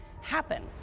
happen